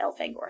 Elfangor